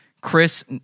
Chris